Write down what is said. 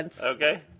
Okay